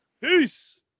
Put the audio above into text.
Peace